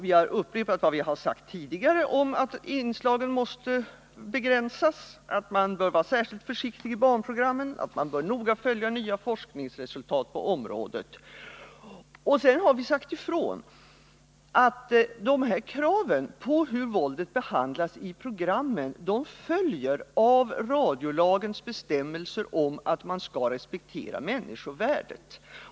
Vi har upprepat vad vi har sagt tidigare om att inslagen måste begränsas, att man bör vara särskilt försiktig i barnprogrammen och att man bör noga följa nya forskningsresultat på området. Sedan har vi sagt ifrån att kraven på hur våldet skall behandlas i programmen följer av radiolagens bestämmelser om att människovärdet skall respekteras.